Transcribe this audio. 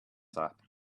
sap